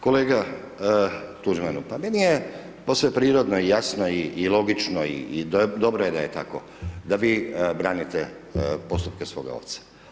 Kolega Tuđman, pa meni je posve prirodno i jasno i logično i dobro je da je tako, da vi branite postupke svoga oca.